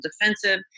defensive